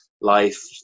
life